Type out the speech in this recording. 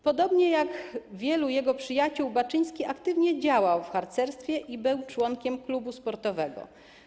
Podobnie jak wielu jego przyjaciół Baczyński aktywnie działał w harcerstwie i był członkiem klubu sportowego.